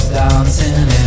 dancing